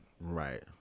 Right